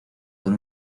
con